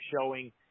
showing